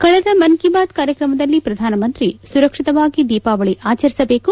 ಕಳೆದ ಮನ್ ಕೀ ಬಾತ್ ಕಾರ್ಯಕ್ರಮದಲ್ಲಿ ಪ್ರಧಾನಮಂತ್ರಿ ಸುರಕ್ಷಿತವಾಗಿ ದೀಪಾವಳಿ ಆಚರಿಸಬೇಕು